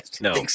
No